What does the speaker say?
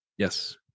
Yes